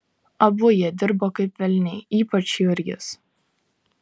abu jie dirbo kaip velniai ypač jurgis